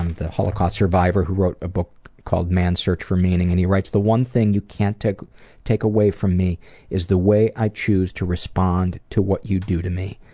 um the holocaust survivor who wrote a book called man's search for meaning, and he writes that the one thing you can't take take away from me is the way i choose to respond to what you do to me.